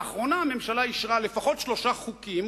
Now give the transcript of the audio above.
לאחרונה הממשלה אישרה לפחות שלושה חוקים